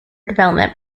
development